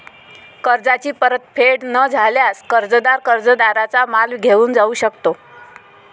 कर्जाची परतफेड न झाल्यास, कर्जदार कर्जदाराचा माल घेऊन जाऊ शकतो